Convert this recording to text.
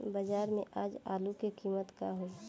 बाजार में आज आलू के कीमत का होई?